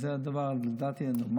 זה הדבר הנורמלי,